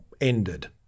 ended